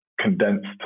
condensed